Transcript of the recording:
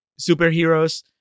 superheroes